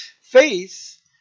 Faith